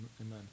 amen